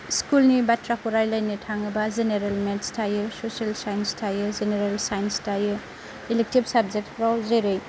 स्कुलनि बाथ्राखौ रायज्लायनो थाङोब्ला जेनेरेल मेथ्स थायो ससियेल साइन्स थायो जेनेरेल साइन्स थायो इलेक्टिभ साबजेक्टफ्राव जेरै